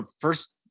first